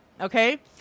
Okay